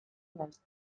naiz